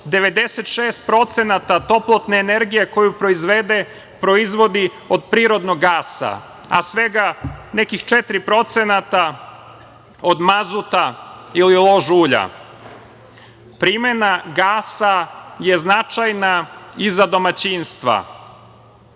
96% toplotne energije koju proizvede, proizvodi od prirodnog gasa, a svega nekih 4% od mazuta ili lož ulja. Primena gasa je značajna i za domaćinstva.